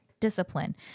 discipline